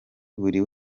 buri